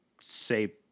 say